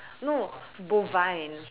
no bovine